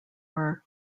are